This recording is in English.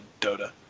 Dota